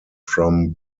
from